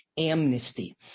Amnesty